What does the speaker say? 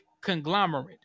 conglomerate